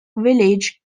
village